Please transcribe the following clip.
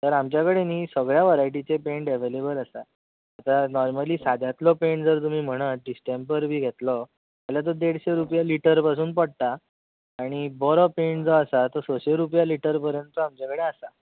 तर आमचे कडेन न्ही सगळे वरायटीचे पेंट अवेलेबल आसात आतां नॉरमल साद्यांतलो पेंट जर तुम्ही म्हणत डिस्टेपर बी घेतलो जाल्यार तो देडशे रुपया लिटर पासून पडटात आनी बरो पेंट जो आसा तो सयशें रुपया लिटर पर्यंत आमचे कडेन आसा